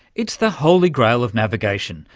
it's the holy grail of navigation,